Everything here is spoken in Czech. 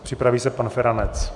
Připraví se pan Feranec.